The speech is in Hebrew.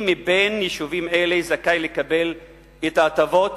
מבין יישובים אלה זכאי לקבל את ההטבות